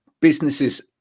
businesses